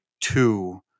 two